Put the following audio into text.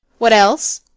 what else?